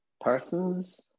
persons